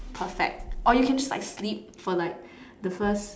perfect or you can just like sleep for like the first